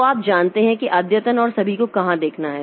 तो आप जानते हैं कि अद्यतन और सभी को कहां देखना है